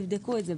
תבדקו את זה.